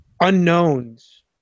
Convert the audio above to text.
Unknowns